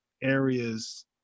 areas